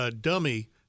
Dummy